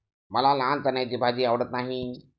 मला लाल चण्याची भाजी आवडत नाही